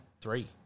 three